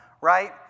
right